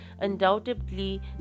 undoubtedly